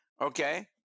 okay